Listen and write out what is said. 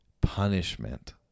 punishment